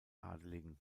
adeligen